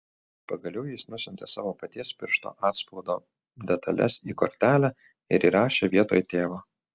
pagaliau jis nusiuntė savo paties piršto atspaudo detales į kortelę ir įrašė vietoj tėvo